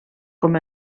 com